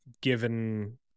given